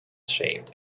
shaped